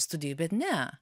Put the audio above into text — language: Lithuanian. studijų bet ne